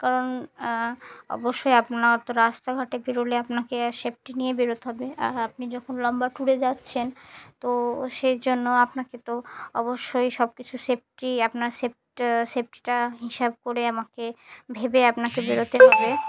কারণ অবশ্যই আপনার তো রাস্তাঘাটে বেরলে আপনাকে সেফটি নিয়ে বেরতে হবে আর আপনি যখন লম্বা ট্যুরে যাচ্ছেন তো সেই জন্য আপনাকে তো অবশ্যই সব কিছু সেফটি আপনার সেপ সেফটিটা হিসাব করে আমাকে ভেবে আপনাকে বেরতে হবে